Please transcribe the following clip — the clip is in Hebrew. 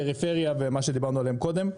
פריפריה ומה שדיברנו עליהם קודם.